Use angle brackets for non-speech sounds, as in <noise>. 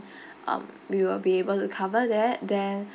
<breath> um we will be able to cover that then